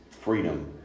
freedom